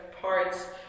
parts